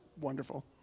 wonderful